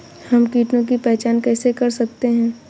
हम कीटों की पहचान कैसे कर सकते हैं?